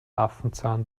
affenzahn